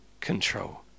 control